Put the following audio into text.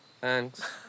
Thanks